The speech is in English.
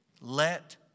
let